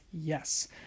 yes